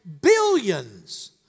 billions